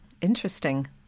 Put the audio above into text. Interesting